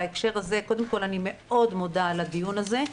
אני מאוד מודה על הדיון הזה.